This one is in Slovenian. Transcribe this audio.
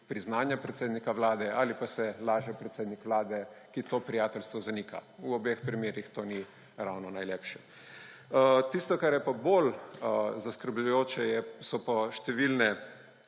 priznanja predsednika Vlade, ali pa se laže predsednik Vlade, ki to prijateljstvo zanika. V obeh primerih to ni ravno najlepše. Tisto, kar je pa bolj zaskrbljujoče, so pa številne